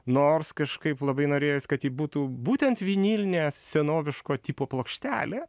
nors kažkaip labai norėjos kad ji būtų būtent vinilinė senoviško tipo plokštelė